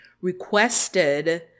requested